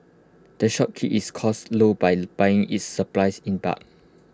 the shop keeps its costs low by buying its supplies in bulk